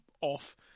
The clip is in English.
off